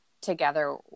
together